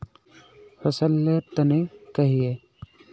फसल लेर तने कहिए?